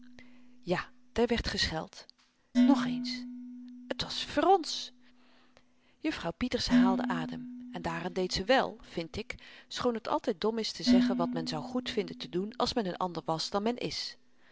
ja daar werd gescheld nog eens t was f'r ons juffrouw pieterse haalde adem en daaraan deed ze wèl vind ik schoon t altyd dom is te zeggen wat men zou goedvinden te doen als men n ander was dan men is